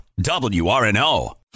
WRNO